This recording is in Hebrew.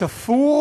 תפור